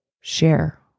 share